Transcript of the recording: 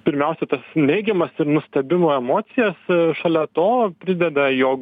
pirmiausia tas neigiamas ir nustebimo emocijas šalia to prideda jog